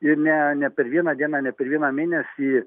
ir ne ne per vieną dieną ne per vieną mėnesį